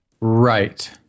Right